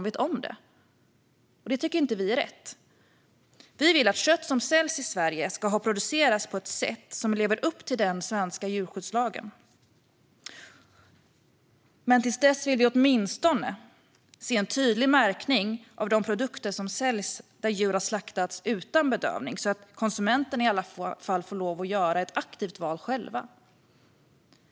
Detta tycker inte vi är rätt, utan vi vill att kött som säljs i Sverige ska ha producerats på ett sätt som lever upp till den svenska djurskyddslagen. Men till dess vill vi åtminstone se en tydlig märkning av de produkter som säljs där djur slaktats utan bedövning så att konsumenterna i alla fall får lov att göra ett aktivt val själva.